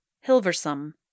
Hilversum